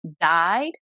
died